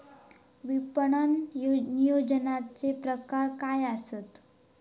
विपणन नियोजनाचे प्रकार काय आसत?